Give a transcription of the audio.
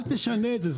אל תשנה את זה.